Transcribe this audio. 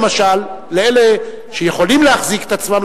למשל לאלה שיכולים להחזיק את עצמם,